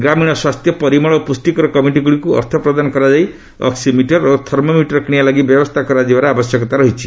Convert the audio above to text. ଗ୍ରାମୀଣ ସ୍ୱାସ୍ଥ୍ୟ ପରିମଳ ଓ ପୁଷ୍ଟିକର କମିଟିଗୁଡ଼ିକୁ ଅର୍ଥ ପ୍ରଦାନ କରାଯାଇ ଅକ୍କିମିଟର ଓ ଥର୍ମୋମିଟର କିଣିବା ଳାଗି ବ୍ୟବସ୍ଥା କରାଯିବାର ଆବଶ୍ୟକତା ରହିଛି